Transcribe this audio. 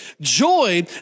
joy